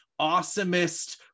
awesomest